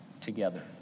together